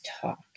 talk